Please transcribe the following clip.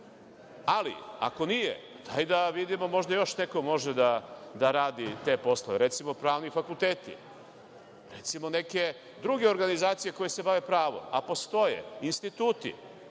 ali ako nije, daj da vidimo možda još neko može da radi te poslove. Recimo, pravni fakulteti, recimo, neke druge organizacije koje se bave pravom, a postoje instituti.